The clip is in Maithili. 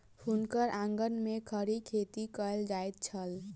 हुनकर आंगन में खड़ी खेती कएल जाइत छल